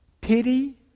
pity